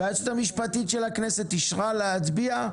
והיועצת המשפטית לכנסת אישרה להצביע,